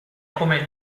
come